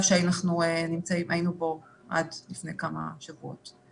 שאנחנו היינו פה עד לפני כמה שבועות.